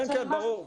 כן ברור.